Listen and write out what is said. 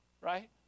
right